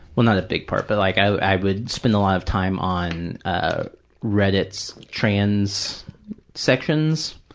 well, not a big part, but like i would spend a lot of time on ah reddit's trans sections,